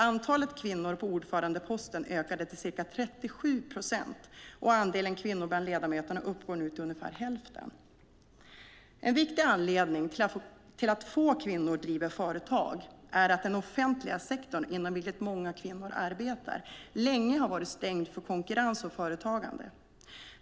Antalet kvinnor på ordförandeposter ökade till 37 procent, och andelen kvinnor bland ledamöterna uppgår nu till ungefär hälften. En viktig anledning till att få kvinnor driver företag är att den offentliga sektorn, inom vilken många kvinnor arbetar, länge har varit stängd för konkurrens och företagande.